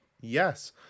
Yes